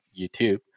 youtube